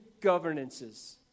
governances